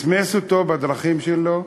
מסמס אותו בדרכים שלו.